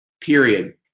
Period